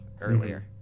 earlier